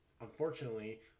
unfortunately